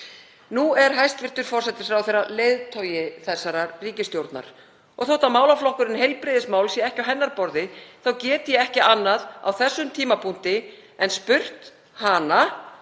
Nú er hæstv. forsætisráðherra leiðtogi þessarar ríkisstjórnar og þótt málaflokkurinn heilbrigðismál sé ekki á hennar borði get ég ekki annað á þessum tímapunkti en spurt hana